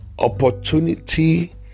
Opportunity